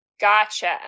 Gotcha